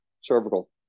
cervical